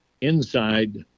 inside